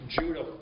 Judah